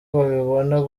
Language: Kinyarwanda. babibona